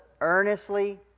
earnestly